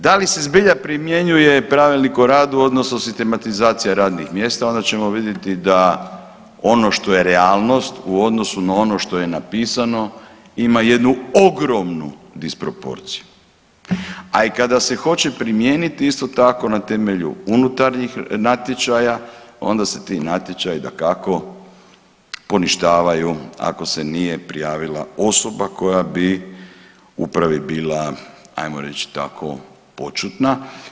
Da li se zbilja primjenjuje Pravilnik o radu odnosno sistematizacija radnih mjesta onda ćemo vidjeti da ono što je realnost u odnosu na ono što je napisano ima jednu ogromnu disproporciju, a i kada se hoće primijeniti isto tako na temelju unutarnjih natječaja onda se ti natječaji dakako poništavaju ako se nije prijavila osoba koja bi upravi bila ajmo reć tako poćudna.